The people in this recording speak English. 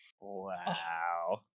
Wow